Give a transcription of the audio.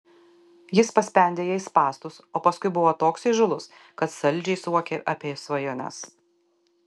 jis paspendė jai spąstus o paskui buvo toks įžūlus kad saldžiai suokė apie svajones